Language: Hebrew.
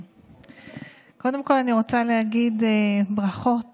קודם כול, אני רוצה להגיד ברכות